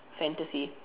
fantasy